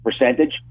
percentage